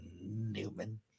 Newman